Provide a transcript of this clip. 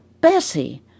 Bessie